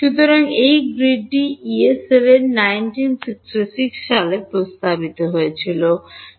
সুতরাং এই গ্রিডটি ইয়ে 1966 সালে প্রস্তাব করেছিলেন